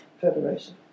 federation